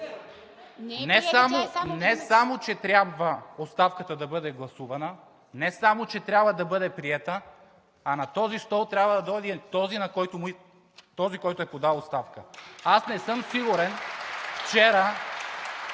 Не само че трябва оставката да бъде гласувана, не само че трябва да бъде приета, а на този стол трябва да дойде този, който е подал оставка. (Ръкопляскания